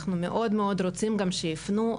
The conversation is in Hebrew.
אנחנו מאוד רוצים גם שיפנו,